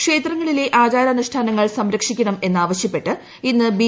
ക്ഷേത്രങ്ങളിലെ ആചാരനുഷ്ഠാനങ്ങൾ സംരക്ഷി ക്കണം എന്നാവശ്യപ്പെട്ട് ഇന്ന് ബി